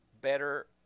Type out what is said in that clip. better